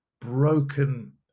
broken